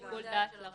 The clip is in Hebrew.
יש שיקול דעת לרשם.